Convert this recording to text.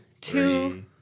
two